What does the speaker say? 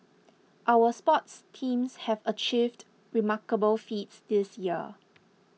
our sports teams have achieved remarkable feats this year